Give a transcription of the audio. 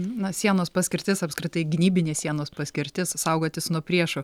na sienos paskirtis apskritai gynybinės sienos paskirtis saugotis nuo priešo